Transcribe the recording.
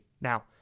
Now